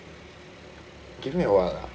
give me a while lah